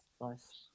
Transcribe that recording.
Nice